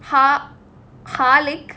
lake